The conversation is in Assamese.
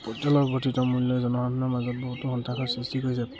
পেট্ৰ'লৰ বৰ্ধিত মূল্যই জনসাধাৰণৰ মাজত বহুতো সন্তাসৰ সৃষ্টি কৰিছে